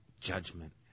judgment